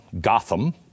Gotham